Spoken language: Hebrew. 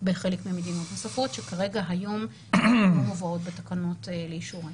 בחלק ממדינות נוספות שכרגע היום הן לא מובאות בתקנות לאישור.